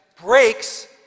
breaks